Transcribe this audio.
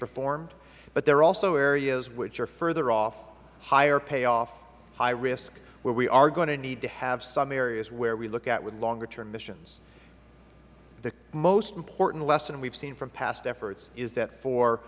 performed but there are also areas which are further off higher payoff high risk where we are going to need to have some areas where we look at with longer term missions the most important lesson we have seen from past efforts is that for